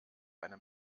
einem